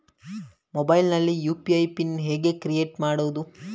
Mobile ನಲ್ಲಿ UPI PIN ಹೇಗೆ create ಮಾಡುವುದು?